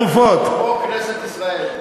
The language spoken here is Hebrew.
כנסת ישראל.